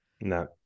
No